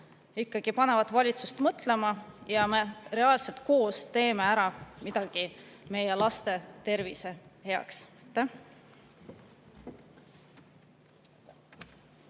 ikkagi panevad valitsust mõtlema ja me reaalselt teeme koos ära midagi meie laste tervise heaks.